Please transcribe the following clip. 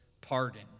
pardon